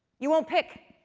you won't pick.